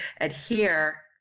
adhere